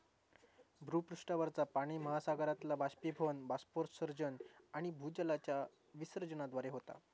भूपृष्ठावरचा पाणि महासागरातला बाष्पीभवन, बाष्पोत्सर्जन आणि भूजलाच्या विसर्जनाद्वारे होता